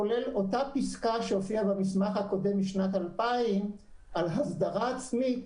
כולל אותה פסקה שהופיעה במסמך הקודם משנת 2000 על הגדרה עצמית